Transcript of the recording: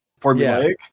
formulaic